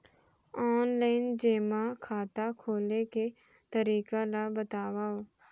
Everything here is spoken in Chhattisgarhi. ऑनलाइन जेमा खाता खोले के तरीका ल बतावव?